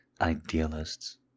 idealists